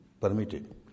permitted